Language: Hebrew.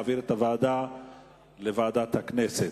להעביר את ההצעה לוועדת הכנסת.